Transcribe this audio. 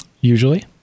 Usually